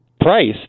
price